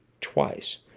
twice